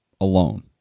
alone